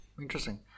Interesting